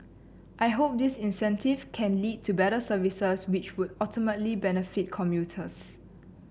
I hope this incentive can lead to better services which would ultimately benefit commuters